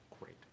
Great